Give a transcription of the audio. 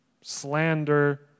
Slander